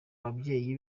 ababyeyi